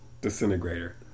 Disintegrator